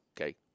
Okay